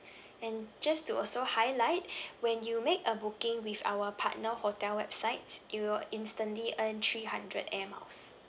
and just to also highlight when you make a booking with our partner hotel websites you'll instantly earn three hundred air miles